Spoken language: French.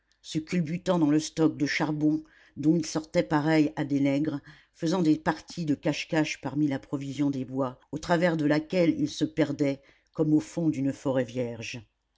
se culbutant dans le stock de charbon d'où ils sortaient pareils à des nègres faisant des parties de cache-cache parmi la provision des bois au travers de laquelle ils se perdaient comme au fond d'une forêt vierge